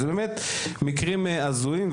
אלה באמת מקרים הזויים.